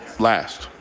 last.